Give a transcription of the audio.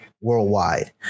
worldwide